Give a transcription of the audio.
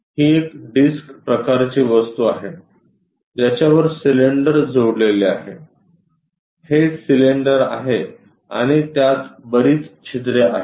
ही एक डिस्क प्रकारची वस्तू आहे ज्याच्या वर सिलिंडर जोडलेले आहे हे सिलेंडर आहे आणि त्यात बरीच छिद्रे आहेत